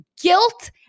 guilt